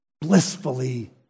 blissfully